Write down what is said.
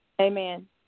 Amen